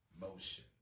motion